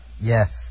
Yes